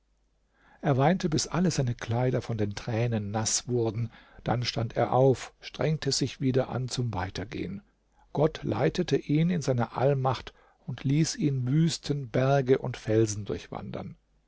er weinte bis alle seine kleider von den tränen naß wurden dann stand er auf strengte sich wieder an zum weitergehen gott leitete ihn in seiner allmacht und ließ ihn wüsten berge und felsen durchwandern